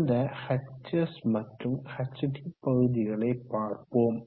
இந்த hs மற்றும் hd பகுதிகளை பார்ப்போம்